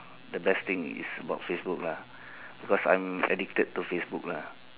the best thing is about Facebook lah because I'm addicted to Facebook lah